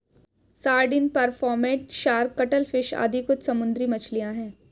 sardine, pomfret, shark, cuttlefish आदि कुछ समुद्री मछलियाँ हैं